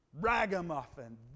ragamuffin